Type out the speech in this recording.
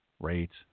Rates